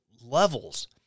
levels